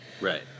Right